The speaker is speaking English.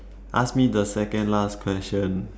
ask me the second last question